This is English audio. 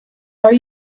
are